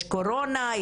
יש קורונה,